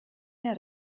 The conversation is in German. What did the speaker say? mehr